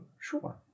sure